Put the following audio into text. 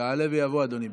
יעלה ויבוא אדוני,